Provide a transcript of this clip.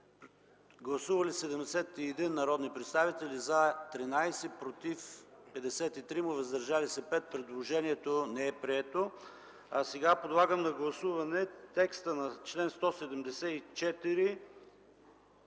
Гласували 71 народни представители: за 13, против 53, въздържали се 5. Предложението не е прието. Подлагам на гласуване текста на чл. 174